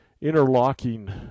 interlocking